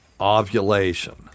ovulation